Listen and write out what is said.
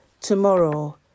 tomorrow